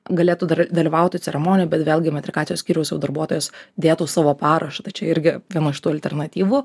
galėtų dar dalyvaut ceremonijoj bet vėlgi metrikacijos skyriaus jau darbuotojas dėtų savo parašą tai čia irgi viena iš tų alternatyvų